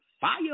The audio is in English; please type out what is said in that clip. Fire